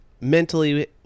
mentally